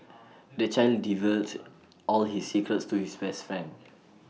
the child divulged all his secrets to his best friend